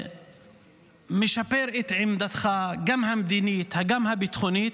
משפר את עמדתך, גם המדינית, גם הביטחונית,